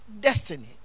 destiny